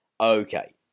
Okay